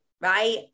right